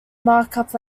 markup